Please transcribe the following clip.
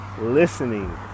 listening